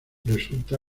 resulta